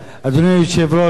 מכובדי השרים,